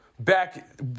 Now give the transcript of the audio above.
back